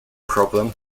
problem